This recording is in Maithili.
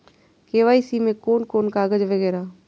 के.वाई.सी में कोन कोन कागज वगैरा?